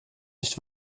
nicht